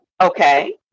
Okay